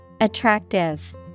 Attractive